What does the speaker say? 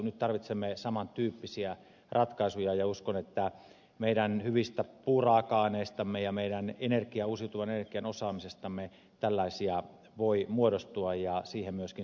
nyt tarvitsemme saman tyyppisiä ratkaisuja ja uskon että meidän hyvistä puuraaka aineistamme ja meidän uusiutuvan energian osaamisestamme tällaisia voi muodostua ja siihen myöskin satsauksia tehdään